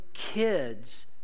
Kids